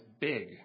big